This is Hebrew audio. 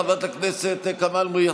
חברת הכנסת כמאל מריח,